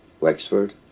Wexford